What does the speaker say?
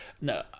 No